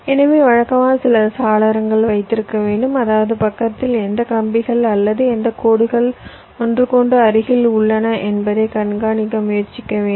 எனவே வழக்கமாக சில சாளரங்களை வைத்திருக்க வேண்டும் அதாவது பக்கத்தில் எந்த கம்பிகள் அல்லது எந்த கோடுகள் ஒன்றுக்கொன்று அருகில் உள்ளன என்பதை கண்காணிக்க முயற்சிக்க வேண்டும்